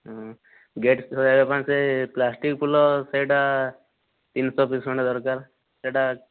ହଁ ଗେଟ୍ ସଜାଇବା ପାଇଁ ସେ ପ୍ଲାଷ୍ଟିକ ଫୁଲ ସେହିଟା ତିନିଶହ ପିସ୍ ଖଣ୍ଡେ ଦରକାର ସେହିଟା